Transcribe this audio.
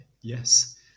Yes